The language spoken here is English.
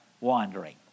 wandering